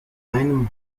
einem